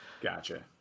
Gotcha